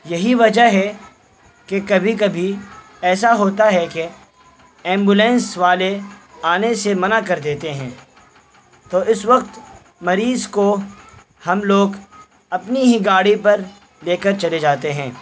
یہی وجہ ہے کہ کبھی کبھی ایسا ہوتا ہے کہ ایمبولنس والے آنے سے منع کر دیتے ہیں تو اس وقت مریض کو ہم لوگ اپنی ہی گاڑی پر لے کر چلے جاتے ہیں